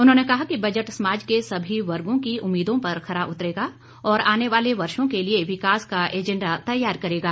उन्होंने कहा कि बजट समाज के सभी वर्गो की उम्मीदों पर खरा उतरेगा और आने वाले वर्षो के लिए विकास का एजेंडा तैयार करेगा